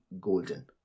Golden